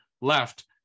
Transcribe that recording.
left